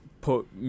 put